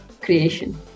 creation